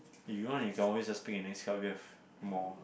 if you want you always pick just a nice one probably have more